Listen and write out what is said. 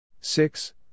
six